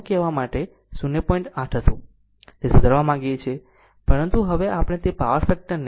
8 હતી તે સુધારવા માંગીએ છીએ પરંતુ હવે આપણે તે પાવર ફેક્ટરને 0